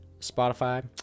Spotify